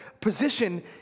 position